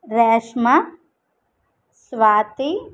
Reshma Swathi